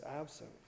absent